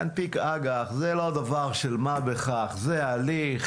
להנפיק אג"ח זה לא דבר של מה בכך, זה הליך.